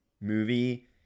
movie